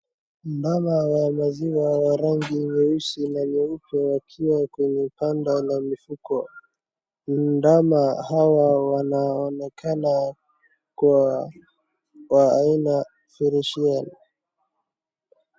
Ndama wa maziwa wa rangi nyeusi na nyeupe wakiwa kwenye banda la mifugo. Ndama hawa wanonekana kuwa wa aina Freshian .